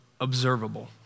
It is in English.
observable